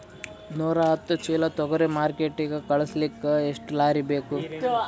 ನೂರಾಹತ್ತ ಚೀಲಾ ತೊಗರಿ ಮಾರ್ಕಿಟಿಗ ಕಳಸಲಿಕ್ಕಿ ಎಷ್ಟ ಲಾರಿ ಬೇಕು?